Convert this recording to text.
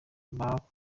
bakomeretse